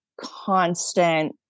constant